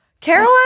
Caroline